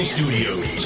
Studios